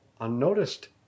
unnoticed